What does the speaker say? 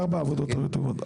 ארבע העבודות הרטובות.